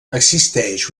existeix